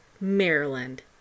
Maryland